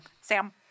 Sam